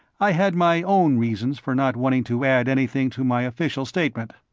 i had my own reasons for not wanting to add anything to my official statement.